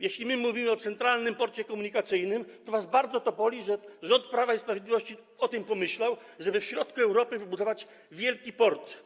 Jeśli mówimy o Centralnym Porcie Komunikacyjnym, to bardzo was to boli, że rząd Prawa i Sprawiedliwości o tym pomyślał, żeby w środku Europy wybudować wielki port.